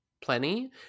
Plenty